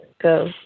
go